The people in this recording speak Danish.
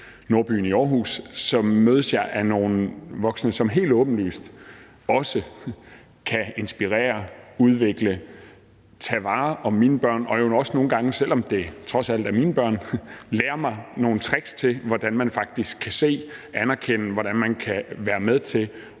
Nordbyen i Aarhus, så mødes af nogle voksne, som helt åbenlyst kan inspirere, udvikle og tage vare om mine børn, og som i øvrigt nogle gange også, selv om det trods alt er mine børn, lærer mig nogle tricks til, hvordan man faktisk kan se og anerkende sit barn, og hvordan man kan være med til